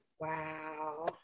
Wow